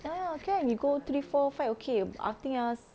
ya ya you go three four five okay I think ah se~